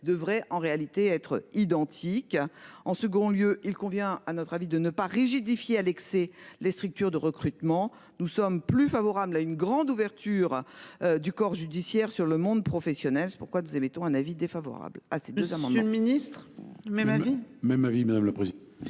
devrait en réalité être identique en second lieu, il convient à notre avis de ne pas rigidifier et les structures de recrutement. Nous sommes plus favorable à une grande ouverture. Du corps judiciaire sur le monde professionnel. C'est pourquoi nous émettons un avis défavorable. Ah ces deux à Monsieur le Ministre même même avis. Je mets